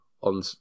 on